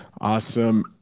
awesome